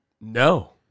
No